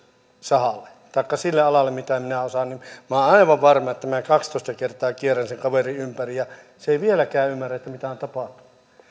sahalle taikka sille alalle mitä minä osaan niin minä olen aivan varma että vaikka minä kaksitoista kertaa kierrän sen kaverin kanssa ympäri se ei vieläkään ymmärrä mitä on tapahtunut